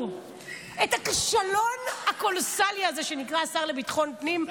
את הכישלון הקולוסלי הזה שנקרא השר לביטחון פנים,